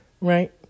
right